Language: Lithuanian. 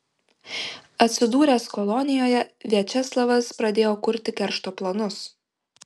atsidūręs kolonijoje viačeslavas pradėjo kurti keršto planus